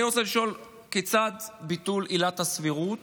אני רוצה לשאול כיצד ביטול עילת הסבירות